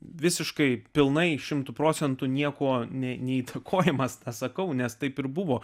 visiškai pilnai šimtu procentų niekuo ne neštakojamas tą sakau nes taip ir buvo